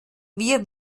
wir